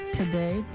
today